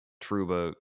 Truba